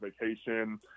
vacation